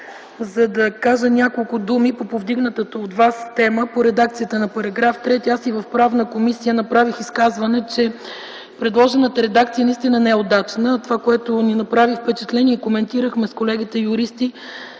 за да кажа няколко думи по повдигнатата от Вас тема по редакцията на § 3. И в Правната комисия направих изказване, че предложената редакция не е удачна. Направи ни впечатление и коментирахме с колегите-юристи,